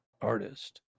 artist